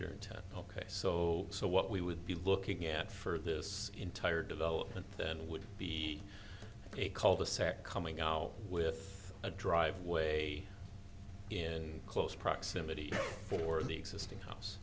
your intent ok so so what we would be looking at for this entire development then would be a cul de sac coming out with a driveway in close proximity for the existing house